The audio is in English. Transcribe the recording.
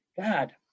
God